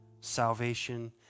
salvation